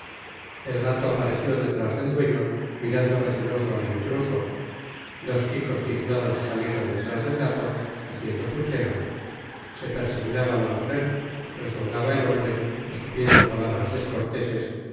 el gato apareció detrás del dueño mirando receloso al intruso dos chicos tiznados salieron detrás del gato haciendo pucheros se persignaba la mujer rezongaba el hombre escupiendo palabras descorteses y